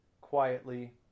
Quietly